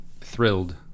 thrilled